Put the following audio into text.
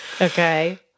Okay